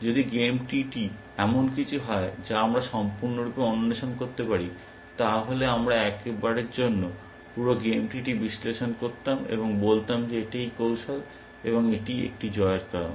যদি game tree এমন কিছু হয় যা আমরা সম্পূর্ণরূপে অন্বেষণ করতে পারি তাহলে আমরা একবারের জন্য পুরো গেম ট্রি টি বিশ্লেষণ করতাম এবং বলতাম যে এটিই কৌশল এবং এটি একটি জয়ের কৌশল